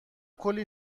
کلی